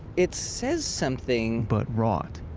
it says something! but wrought,